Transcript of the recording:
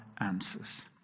answers